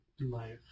life